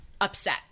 upset